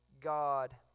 God